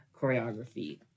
choreography